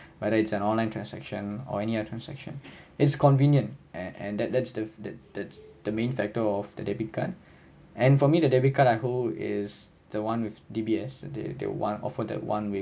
whether it's an online transaction or any other transaction it's convenient and and that's that's the that's the main factor of the debit card and for me the debit card I hold is the one with D_B_S the the one offer the one week